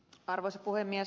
arvoisa puhemies